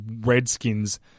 Redskins